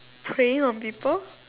preying on people